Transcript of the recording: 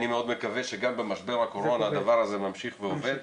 אני מאוד מקווה שגם במשבר הקורונה הדבר הזה ממשיך ועובד,